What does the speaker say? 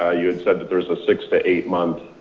ah you had said that there's a six to eight months